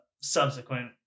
subsequent